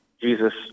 Jesus